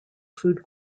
food